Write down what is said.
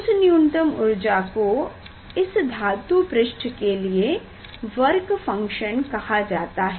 उस न्यूनतम ऊर्जा को इस धातु पृष्ठ के लिए वर्क फंकशन कहा जाता है